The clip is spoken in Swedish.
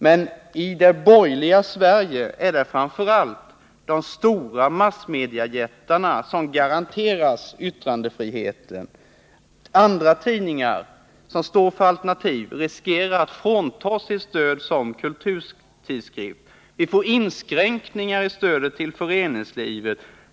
Men i det borgerliga Sverige är det framför allt de stora massmediajättarna som garanteras yttrandefrihet. Andra tidningar, som står för alternativ, riskerar att fråntas sitt stöd som kulturtidskrifter. Vi får inskränkningar i stödet till föreningslivet.